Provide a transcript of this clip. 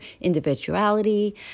individuality